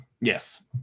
Yes